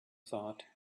thought